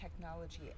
technology